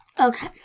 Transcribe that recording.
Okay